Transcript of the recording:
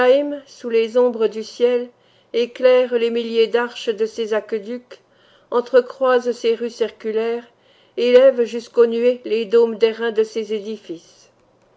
sous les ombres du ciel éclaire les milliers d'arches de ses aqueducs entrecroise ses rues circulaires élève jusqu'aux nuées les dômes d'airain de ses édifices